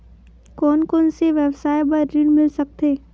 कोन कोन से व्यवसाय बर ऋण मिल सकथे?